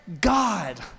God